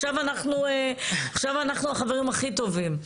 עכשיו אנחנו החברים הכי טובים.